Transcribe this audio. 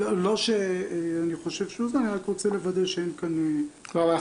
לא שאני חושב אני רק רוצה לוודא שאין כאן --- ביקשתי